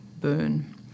burn